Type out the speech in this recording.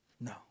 No